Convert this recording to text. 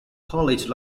college